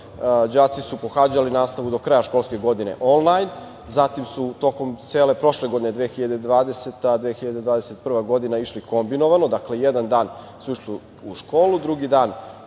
đaci su pohađali nastavu do kraja školske godine onljan, a zatim su tokom cele prošle godine 2020/2021. godine išli kombinovano. Dakle, jedan dan su išli u školu, a drugi dan